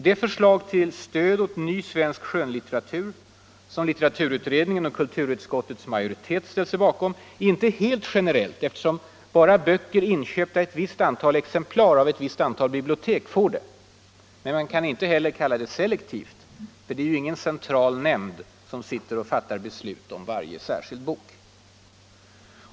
Det förslag till stöd åt ny svensk skönlitteratur, som litteraturutredningen och kulturutskottets majoritet ställt sig bakom, är inte helt generellt eftersom endast böcker inköpta i ett visst antal exemplar av ett visst antal bibliotek får det. Men man kan inte heller kalla det selektivt: det är ju ingen central nämnd som sitter och fattar beslut om varje särskild bok.